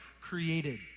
created